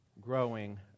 growing